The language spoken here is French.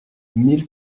mille